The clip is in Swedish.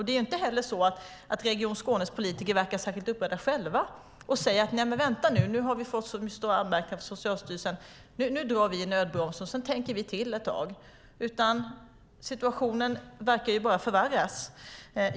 Det är inte heller så att Region Skånes politiker verkar särskilt upprörda själva och säger: Nej, men vänta nu - nu har vi fått så stora anmärkningar från Socialstyrelsen att vi drar i nödbromsen och tänker till ett tag. Situationen verkar bara förvärras.